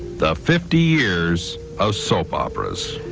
the fifty years of soap operas.